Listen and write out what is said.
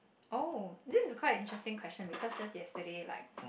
oh this is quite a interesting question because just yesterday like